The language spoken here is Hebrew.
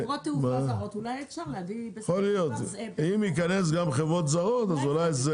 אם ייכנסו גם חברות זרות לעניין,